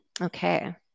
Okay